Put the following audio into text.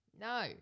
No